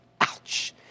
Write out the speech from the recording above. Ouch